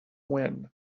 when